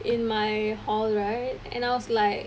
in my hall right and I was like